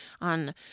on